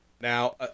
now